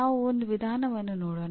ನಾವು ಒಂದು ವಿಧಾನವನ್ನು ನೋಡೋಣ